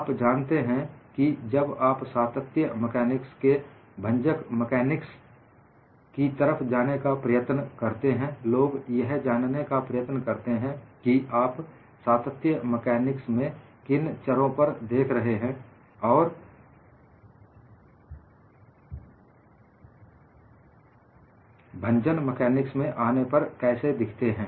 आप जानते हैं कि जब आप सातत्य मेकानिक्स से भंजन मेकानिक्स की तरफ जाने का प्रयत्न करते हैं लोग यह जानने का प्रयत्न करते हैं कि आप सातत्य मेकानिक्स में किन चरों पर देख रहे हैं और भंजन मेकानिक्स में आने पर कैसे दिखते हैं